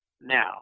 Now